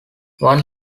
one